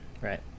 Right